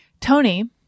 Tony